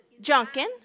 Junkin